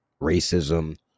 racism